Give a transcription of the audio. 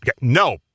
No